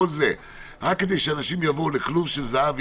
רק כדי שאנשים יבואו לכלוב של זהב,